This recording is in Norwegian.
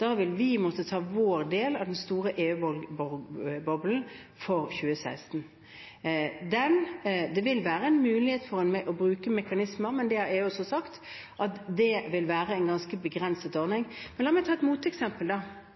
Da vil vi måtte ta vår del av den store EU-boblen for 2016. Det vil være en mulighet for å bruke mekanismer, men også EU har sagt at det vil være en ganske begrenset ordning. La meg ta et